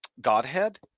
Godhead